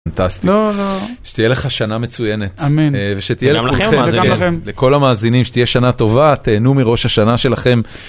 שתהיה לך שנה מצוינת, אמן לכל המאזינים שתהיה שנה טובה, תיהנו מראש השנה שלכם.